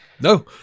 No